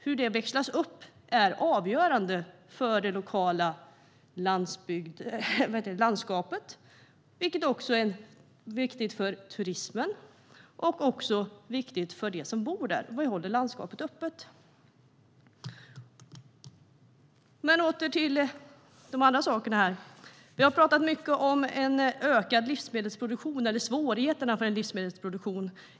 Hur det växlas upp är avgörande för det lokala landskapet, för turismen och för dem som bor där eftersom det håller landskapet öppet. Vi har talat mycket om svårigheterna för livsmedelsproduktionen.